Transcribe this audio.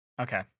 Okay